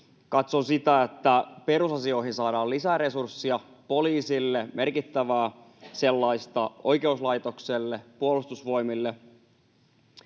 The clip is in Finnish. katson sitä, että perusasioihin saadaan lisää resurssia, poliisille merkittävää sellaista, oikeuslaitokselle, Puolustusvoimille,